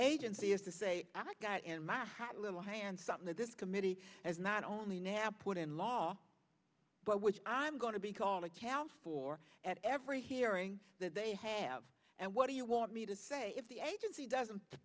agency is to say i got in my hat little hand something that this committee has not only now put in law but which i'm going to be called account for at every hearing that they have and what do you want me to say if the agency doesn't